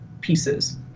pieces